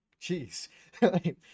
jeez